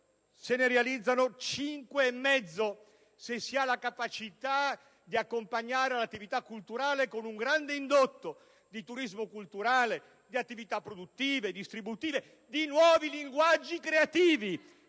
e mezzo se si ha la capacità di accompagnare l'attività culturale con un grande indotto di turismo culturale, di attività produttive e distributive, di nuovi linguaggi creativi!